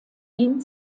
dient